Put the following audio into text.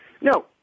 No